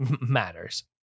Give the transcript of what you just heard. matters